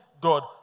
God